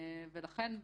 לכן,